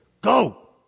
go